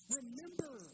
Remember